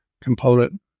component